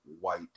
white